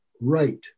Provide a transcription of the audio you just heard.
Right